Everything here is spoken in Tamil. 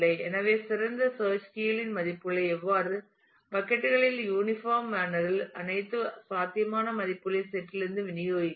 எனவே சிறந்த சேர்ச் கீ களின் மதிப்புகளை வெவ்வேறு பக்கட் களில் யூனிபார்ம் மேனர் இல் அனைத்து சாத்தியமான மதிப்புகளின் செட் லிருந்து விநியோகிக்கும்